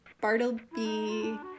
Bartleby